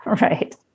Right